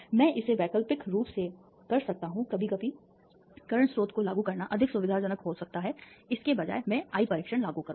मैं इसे वैकल्पिक रूप से कर सकता हूं कभी कभी करंट स्रोत को लागू करना अधिक सुविधाजनक हो सकता है इसके बजाय मैं I परीक्षण लागू करूंगा